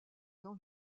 dans